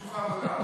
שוק העבודה,